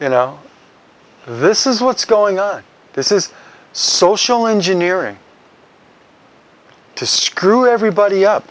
you know this is what's going on this is social engineering to screw everybody up